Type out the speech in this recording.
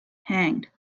hanged